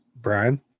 Brian